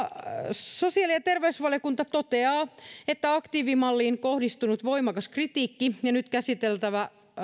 sosiaali ja terveysvaliokunta toteaa että aktiivimalliin kohdistunut voimakas kritiikki ja nyt käsiteltävä